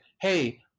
Hey